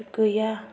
गैया